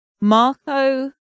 Marco